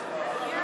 שבה חל שעון חורף),